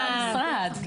המשרד.